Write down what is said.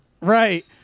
right